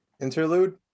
interlude